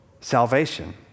salvation